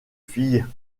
filles